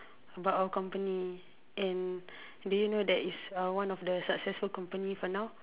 about our company and do you know that it's one of the successful company for now